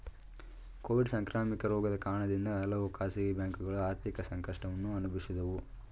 Covid ಸಾಂಕ್ರಾಮಿಕ ರೋಗದ ಕಾರಣದಿಂದ ಹಲವು ಖಾಸಗಿ ಬ್ಯಾಂಕುಗಳು ಆರ್ಥಿಕ ಸಂಕಷ್ಟವನ್ನು ಅನುಭವಿಸಿದವು